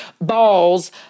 balls